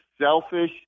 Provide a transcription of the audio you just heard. selfish